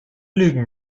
lügen